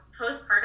postpartum